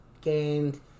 gained